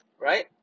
right